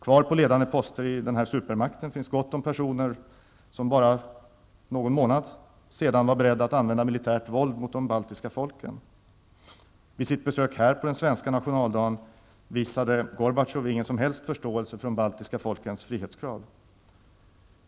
Kvar på ledande poster i denna supermakt finns gott om personer som för bara någon månad var beredda att använda militärt våld mot de baltiska folken. Vid sitt besök här på den svenska nationaldagen visade Gorbatjov ingen som helst förståelse för de baltiska folkens frihetskrav.